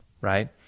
right